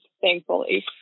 thankfully